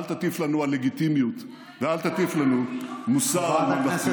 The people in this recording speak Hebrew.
אל תטיף לנו על לגיטימיות ואל תטיף לנו מוסר על ממלכתיות.